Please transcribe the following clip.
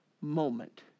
moment